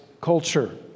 culture